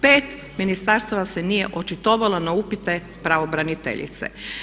5 ministarstava se nije očitovalo na upite pravobraniteljice.